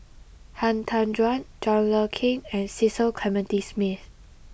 Han Tan Juan John Le Cain and Cecil Clementi Smith